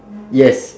yes